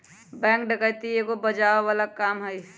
bank डकैती एगो सजाओ बला काम हई